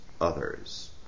others